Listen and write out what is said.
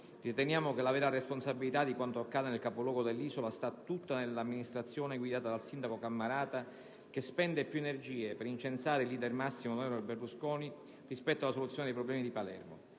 Riteniamo che la vera responsabilità di quanto accade nel capoluogo dell'isola stia tutta nell'amministrazione guidata dal sindaco Cammarata che spende più energie per incensare il *líder máximo* onorevole Berlusconi anziché per trovare soluzione ai problemi della